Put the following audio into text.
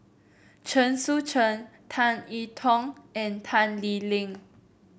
Chen Sucheng Tan E Tong and Tan Lee Leng